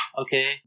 okay